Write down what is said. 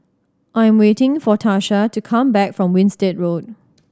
I am waiting for Tarsha to come back from Winstedt Road